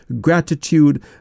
gratitude